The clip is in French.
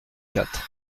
quatre